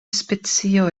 specio